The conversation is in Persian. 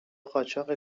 قاچاق